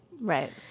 Right